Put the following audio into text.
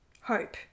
HOPE